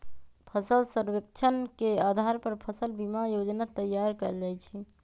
फसल सर्वेक्षण के अधार पर फसल बीमा जोजना तइयार कएल जाइ छइ